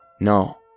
No